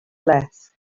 less